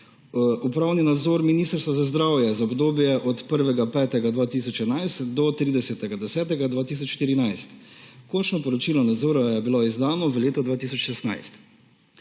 upravni nadzor Ministrstva za zdravje za obdobje od 1. 5. 2011 do 30. 10. 2014. Končno poročilo nadzora je bilo izdano v letu 2016.